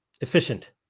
efficient